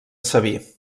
sabí